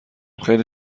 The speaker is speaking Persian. خیلی